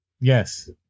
Yes